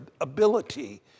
ability